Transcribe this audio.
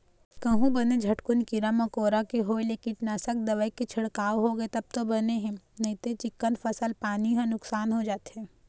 कहूँ बने झटकुन कीरा मकोरा के होय ले कीटनासक दवई के छिड़काव होगे तब तो बने हे नइते चिक्कन फसल पानी ह नुकसान हो जाथे